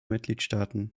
mitgliedstaaten